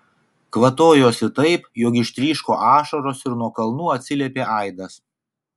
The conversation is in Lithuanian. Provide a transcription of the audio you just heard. kvatojosi taip jog ištryško ašaros ir nuo kalnų atsiliepė aidas